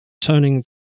turning